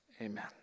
Amen